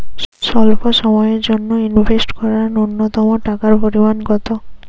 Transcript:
স্বল্প সময়ের জন্য ইনভেস্ট করার নূন্যতম টাকার পরিমাণ কত?